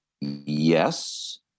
yes